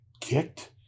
kicked